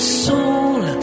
soul